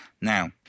Now